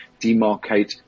demarcate